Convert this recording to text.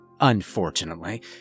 Unfortunately